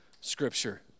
Scripture